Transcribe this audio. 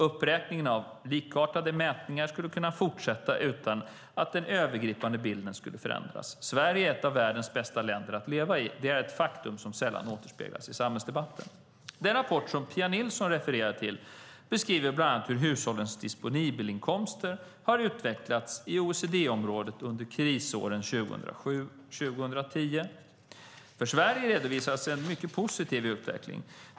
Uppräkningen av likartade mätningar skulle kunna fortsätta utan att den övergripande bilden skulle förändras: Sverige är ett av världens bästa länder att leva i. Det är ett faktum som sällan återspeglas i samhällsdebatten. Den OECD-rapport som Pia Nilsson refererar till beskriver bland annat hur hushållens disponibla inkomster har utvecklats i OECD-området under krisåren 2007-2010. För Sverige redovisas en mycket positiv utveckling.